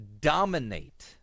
dominate